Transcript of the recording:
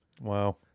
Wow